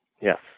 Yes